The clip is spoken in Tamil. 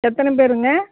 எத்தனை பேருங்க